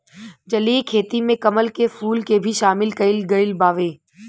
जलीय खेती में कमल के फूल के भी शामिल कईल गइल बावे